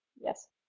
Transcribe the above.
Yes